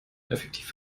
effektiv